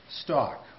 stock